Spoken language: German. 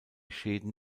schäden